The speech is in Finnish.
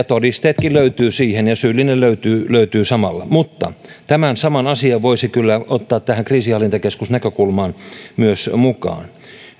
todisteetkin löytyvät siihen ja syyllinen löytyy löytyy samalla tämän saman asian voisi kyllä ottaa myös tähän kriisinhallintakeskus näkökulmaan mukaan